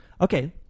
Okay